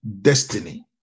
destiny